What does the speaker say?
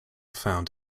found